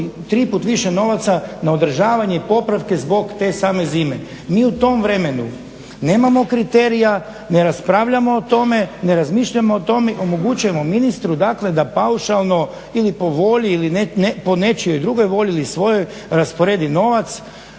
tri put više novaca na održavanje i popravke zbog te same zime. Mi u tom vremenu nemamo kriterija, ne raspravljamo o tome, ne razmišljamo o tome i omogućujemo ministru dakle da paušalno ili po volji, ili po nečijoj drugoj volji, ili po svojoj rasporedi novac